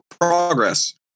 progress